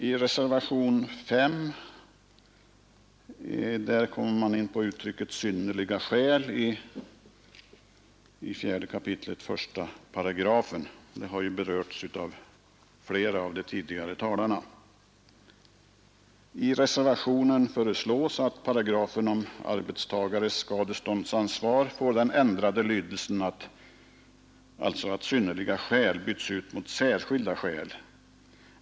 I reservationen 5 tar man upp uttrycket ”synnerliga skäl” i 4 kap. 1 8 — det har berörts av flera av de tidigare talarna. I reservationen föreslås att paragrafen om arbetstagares skadeståndsansvar får den ändrade lydelsen att ”synnerliga skäl” byts ut mot ”särskilda skäl”.